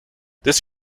this